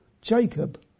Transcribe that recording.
Jacob